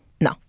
no